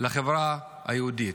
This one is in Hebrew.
לחברה היהודית.